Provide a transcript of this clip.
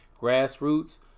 grassroots